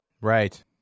Right